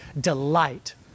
delight